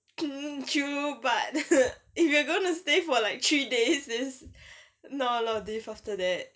true but if you gonna stay for like three days there's not a lot of diff after that